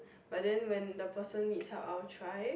but then when the person need help I will try